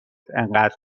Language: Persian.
انقدر